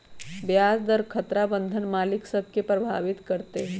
ब्याज दर खतरा बन्धन मालिक सभ के प्रभावित करइत हइ